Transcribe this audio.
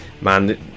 man